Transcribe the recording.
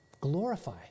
glorify